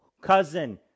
cousin